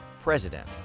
president